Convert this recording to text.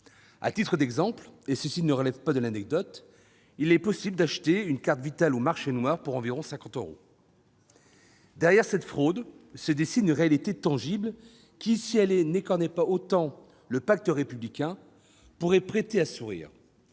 À titre d'exemple- il ne s'agit pas d'une simple anecdote -, il est possible d'acheter une carte Vitale au marché noir pour environ 50 euros. Ce n'est pas cher ! Derrière cette fraude se dessine une réalité tangible qui, si elle n'écornait pas autant le pacte républicain, pourrait prêter à sourire.